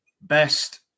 best